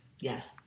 Yes